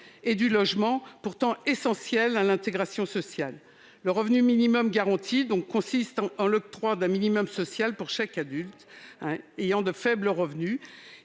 et du logement, des sphères pourtant essentielles à l'intégration sociale. Le revenu minimum garanti consisterait en un minimum social pour chaque adulte ayant de faibles revenus,